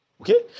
Okay